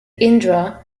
indra